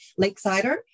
Lakesider